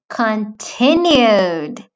continued